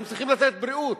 הם צריכים לתת בריאות.